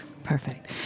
Perfect